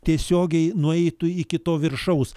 tiesiogiai nueitų iki to viršaus